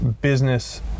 business